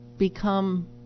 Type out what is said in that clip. become